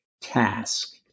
task